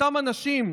אותם אנשים,